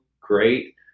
great